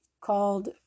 called